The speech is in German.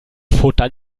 futtern